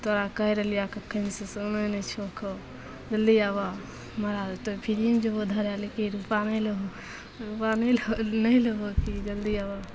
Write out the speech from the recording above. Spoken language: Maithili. तोहरा कहि रहलिअऽ कखनसे सुनै नहि छहो जल्दी आबऽ महराज तऽ फ्रीमे जेबहो धरैले कि रुपा नहि लेबहो रुपा नहि नहि लेबहो कि जल्दी आबऽ